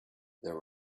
there